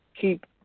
keep